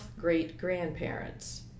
great-grandparents